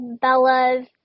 Bella's